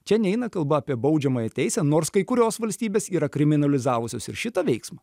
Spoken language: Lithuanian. čia neina kalba apie baudžiamąją teisę nors kai kurios valstybės yra kriminalizavusios ir šitą veiksmą